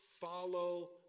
follow